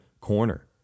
corner